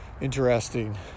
interesting